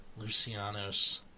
Lucianos